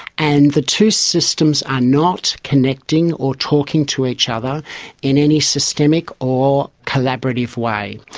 and the two systems are not connecting or talking to each other in any systemic or collaborative way.